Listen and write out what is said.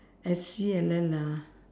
S E L L ah